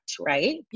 right